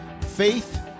faith